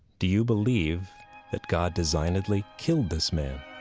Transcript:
do you believe that god designedly killed this man?